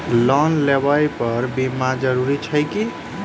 Loan लेबऽ पर बीमा जरूरी छैक की?